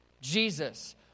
Jesus